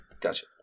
Gotcha